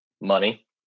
Money